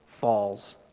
falls